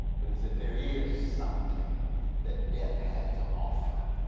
but he said there is something that death has to offer.